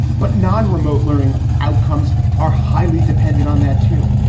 but non remote learning outcomes are highly dependent on that too.